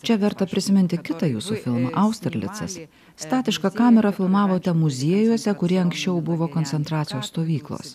čia verta prisiminti kitą jūsų filmą austerlicas statiška kamera filmavote muziejuose kurie anksčiau buvo koncentracijos stovyklos